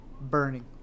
burning